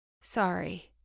Sorry